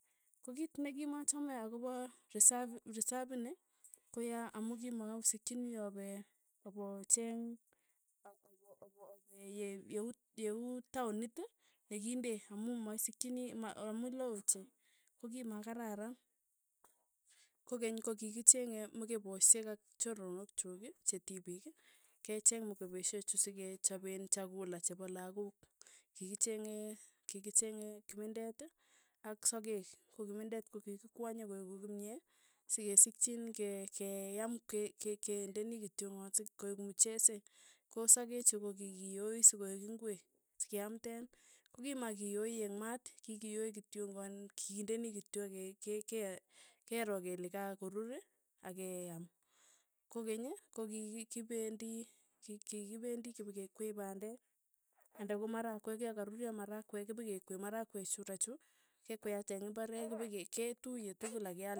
Ko kiit nikimachamei akopa risap risaap ini, koyaa amu kimakaosikchini ope opocheeng a opo- opo- ope ye- yeu- yeuu taonit nekinde amu maisikchini ma amu lo ochei, kokimakararan, kokeny kokikichenge mikeposhek ak choronok chuk che tipik, kecheng mukepeshe chu sikechapen chakula chepo lakok, kikichenge kikichenge kimindet ak sakek, ko kimindet ko kikikwanyen koeku kimyee sikesikchin ke- ke- keyam ke- ke- kendeni kityongan sikoek muchesee, ko sakek chu kokikiyoi sokoek ingwee, sekeamden, kokimakiyoi eng' maat, kikiyoi kityong'an kindeni kityok ke- ke- ke kero kole kakorur ak keam, kokeny ii. kokikipendi kikipendi kipikekwee pandek, anda ko marakwek ya karuryo marakwek, kipekekwei marakwechutachu, kekwei achek ing'imbaree kipike ketuiyo tukul ak keal.